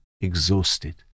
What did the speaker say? exhausted